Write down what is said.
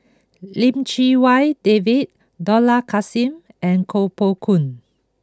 Lim Chee Wai David Dollah Kassim and Koh Poh Koon